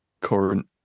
current